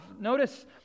Notice